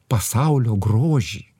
pasaulio grožį